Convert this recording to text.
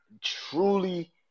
truly